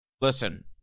listen